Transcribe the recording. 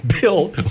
Bill